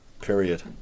period